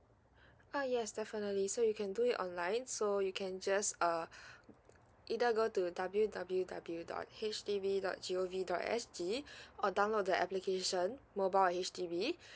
ah yes definitely so you can do it online so you can just uh either go to w w w dot H D B dot g o v dot s g or download the application mobile H_D_B